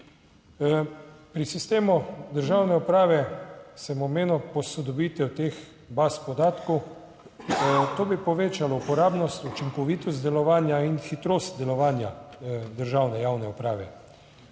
Pri sistemu državne uprave sem omenil posodobitev teh baz podatkov. To bi povečalo uporabnost, učinkovitost delovanja in hitrost delovanja državne javne uprave.